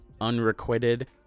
unrequited